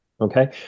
Okay